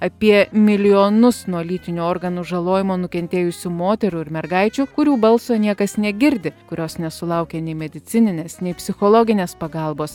apie milijonus nuo lytinių organų žalojimo nukentėjusių moterų ir mergaičių kurių balso niekas negirdi kurios nesulaukia nei medicininės nei psichologinės pagalbos